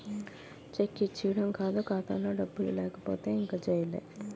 check ఇచ్చీడం కాదు ఖాతాలో డబ్బులు లేకపోతే ఇంక జైలే